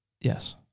Yes